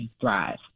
thrive